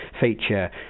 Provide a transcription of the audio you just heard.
feature